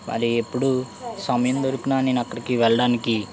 మళ్ళీ ఎప్పుడు సమయం దొరికినా నేను అక్కడికి వెళ్ళడానికి